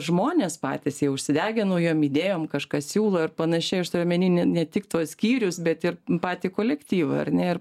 žmonės patys jie užsidegę naujom idėjom kažką siūlo ir panašiai aš turiu omeny ne ne tik tuos skyrius bet ir patį kolektyvą ar ne ir